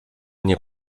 nie